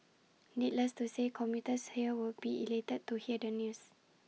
needless to say commuters here will be elated to hear the news